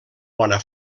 bona